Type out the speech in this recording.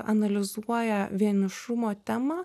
analizuoja vienišumo temą